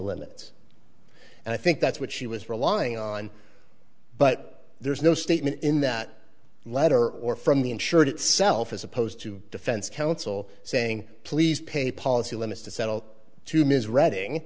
limits and i think that's what she was relying on but there's no statement in that letter or from the insured itself as opposed to defense counsel saying please pay policy limits to settle to ms reading